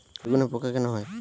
বেগুনে পোকা কেন হয়?